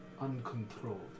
uncontrolled